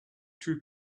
two